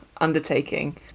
Undertaking